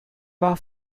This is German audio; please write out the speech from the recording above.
war